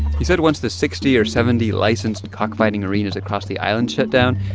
he said once the sixty or seventy licensed cockfighting arenas across the island shut down,